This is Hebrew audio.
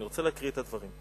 ואני רוצה להקריא את הדברים.